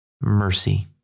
mercy